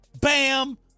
bam